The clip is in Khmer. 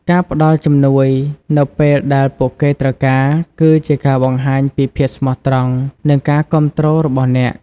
ការផ្តល់ជំនួយនៅពេលដែលពួកគេត្រូវការ គឺជាការបង្ហាញពីភាពស្មោះត្រង់និងការគាំទ្ររបស់អ្នក។